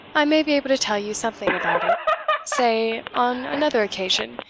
i may be able to tell you something about it say, on another occasion,